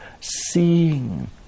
seeing